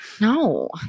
No